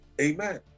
Amen